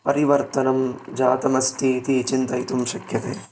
परिवर्तनं जातमस्तीति चिन्तयितुं शक्यते